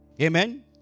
Amen